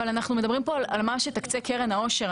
כך --- אבל אננו במשא ומתן על מה שתקצה קרן העושר,